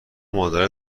مادرای